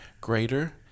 greater